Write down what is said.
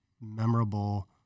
memorable